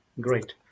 great